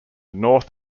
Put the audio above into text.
north